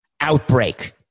outbreak